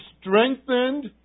strengthened